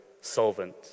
solvent